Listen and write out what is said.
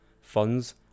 funds